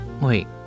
Wait